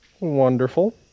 Wonderful